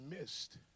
missed